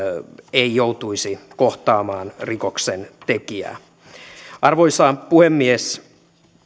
ei joutuisi kohtaamaan rikoksen tekijää arvoisa puhemies